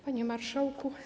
Panie Marszałku!